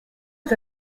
est